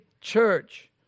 church